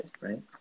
Right